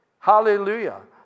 Hallelujah